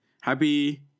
happy